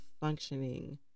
functioning